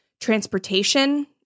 transportation